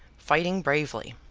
fighting bravely.